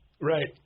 Right